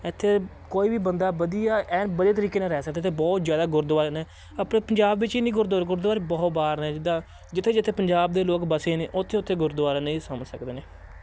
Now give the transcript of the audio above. ਇੱਥੇ ਕੋਈ ਵੀ ਬੰਦਾ ਵਧੀਆ ਐਨ ਵਧੀਆ ਤਰੀਕੇ ਨਾਲ ਰਹਿ ਸਕਦੇ ਅਤੇ ਬਹੁਤ ਜ਼ਿਆਦਾ ਗੁਰਦੁਆਰੇ ਨੇ ਆਪਣੇ ਪੰਜਾਬ ਵਿੱਚ ਹੀ ਨਹੀਂ ਗੁਰਦੁਆਰੇ ਗੁਰਦੁਆਰੇ ਬਹੁਤ ਬਾਹਰ ਨੇ ਜਿੱਦਾਂ ਜਿੱਥੇ ਜਿੱਥੇ ਪੰਜਾਬ ਦੇ ਲੋਕ ਵਸੇ ਨੇ ਉੱਥੇ ਉੱਥੇ ਗੁਰਦੁਆਰੇ ਨੇ ਇਹ ਸਮਝ ਸਕਦੇ ਨੇ